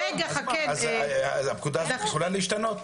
אז הפקודה יכולה להשתנות.